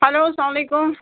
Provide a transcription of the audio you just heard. hello السلامُ علیکُم